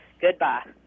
Goodbye